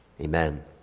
Amen